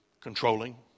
Controlling